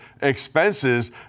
expenses